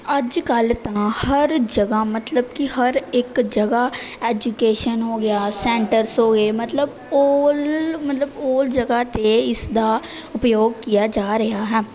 ਅੱਜ ਕੱਲ੍ਹ ਤਾਂ ਹਰ ਜਗ੍ਹਾ ਮਤਲਬ ਕਿ ਹਰ ਇੱਕ ਜਗ੍ਹਾ ਐਜੂਕੇਸ਼ਨ ਹੋ ਗਿਆ ਸੈਂਟਰਸ ਹੋ ਗਏ ਮਤਲਬ ਔਲ ਮਤਲਬ ਔਲ ਜਗ੍ਹਾ 'ਤੇ ਇਸਦਾ ਉਪਯੋਗ ਕੀਆ ਜਾ ਰਿਹਾ ਹੈ